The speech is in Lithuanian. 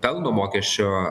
pelnų mokesčio